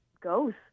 goes